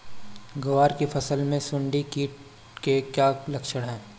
ग्वार की फसल में सुंडी कीट के क्या लक्षण है?